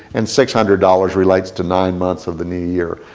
and six hundred dollars relates to nine months of the new year.